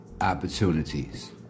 opportunities